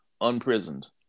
Unprisoned